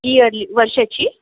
yearly वर्षाची